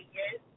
yes